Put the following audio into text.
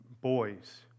boys